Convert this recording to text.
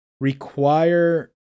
require